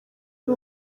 ari